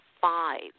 five